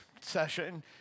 session